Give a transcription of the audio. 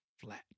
flat